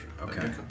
Okay